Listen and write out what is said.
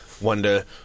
wonder